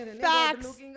facts